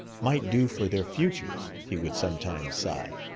might do for their futures! he would sometimes sigh.